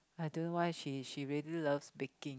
I don't why she she really loves baking